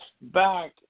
back